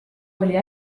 oli